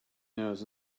nose